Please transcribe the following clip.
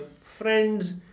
friends